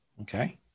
Okay